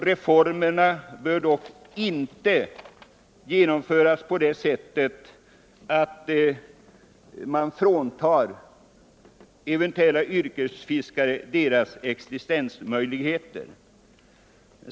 Reformerna bör dock inte genomföras på ett sätt som fråntar eventuella yrkesfiskare deras existensmöjligheter.